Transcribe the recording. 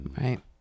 Right